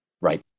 Right